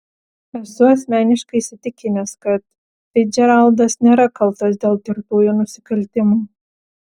esu asmeniškai įsitikinęs kad ficdžeraldas nėra kaltas dėl tirtųjų nusikaltimų